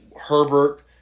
Herbert